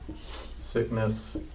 sickness